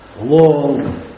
long